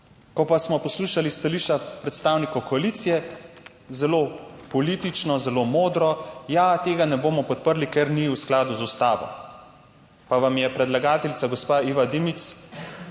Ko pa smo poslušali stališča predstavnikov koalicije, zelo politično, zelo modro: tega ne bomo podprli, ker ni v skladu z ustavo. Pa vam je predlagateljica gospa Iva Dimic